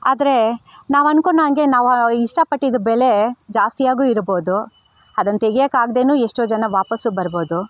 ಆದರೆ ನಾವು ಅನ್ಕೊಂಡಾಂಗೆ ನಾವು ಇಷ್ಟಪಟ್ಟಿದ್ದು ಬೆಲೆ ಜಾಸ್ತಿಯಾಗೂ ಇರ್ಬೋದು ಅದನ್ನ ತೆಗಿಯಕ್ಕೆ ಆಗ್ದೆ ಎಷ್ಟೋ ಜನ ವಾಪಸ್ಸು ಬರ್ಬೋದು